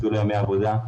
עבודה.